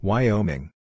Wyoming